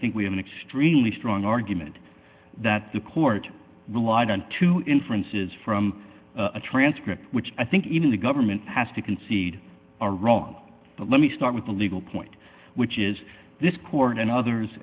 think we have an extremely strong argument that the court relied on two inferences from the transcript which i think even the government has to concede are wrong but let me start with the legal point which is this court and